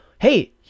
Hey